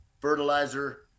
fertilizer